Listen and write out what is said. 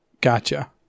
Gotcha